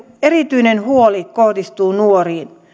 erityinen huoli kohdistuu nuoriin